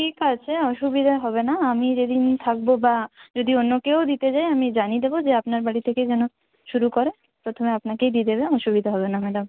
ঠিক আছে অসুবিধা হবে না আমি যে দিন থাকবো বা যদি অন্য কেউও দিতে যায় আমি জানিয়ে দেবো যে আপনার বাড়ি থেকে যেন শুরু করে প্রথমে আপনাকেই দিয়ে দেবে অসুবিধা হবে না ম্যাডাম